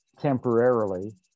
temporarily